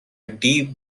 deep